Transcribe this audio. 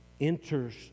enters